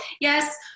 yes